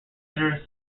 internet